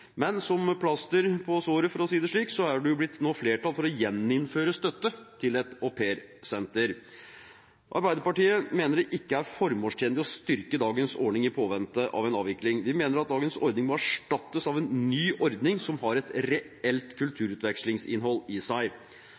Men som plaster på såret, for å si det slik, er det nå blitt flertall for å gjeninnføre støtte til et aupairsenter. Arbeiderpartiet mener det ikke er formålstjenlig å styrke dagens ordning i påvente av en avvikling. Vi mener dagens ordning må erstattes av en ny ordning som har et reelt kulturutvekslingsinnhold i seg.